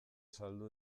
saldu